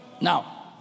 Now